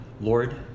Lord